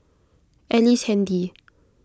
Ellice Handy